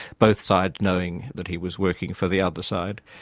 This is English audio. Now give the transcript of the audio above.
both sides knowing that he was working for the other side.